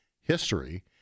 history